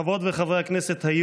חברות וחברי הכנסת,